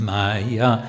Maya